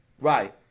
Right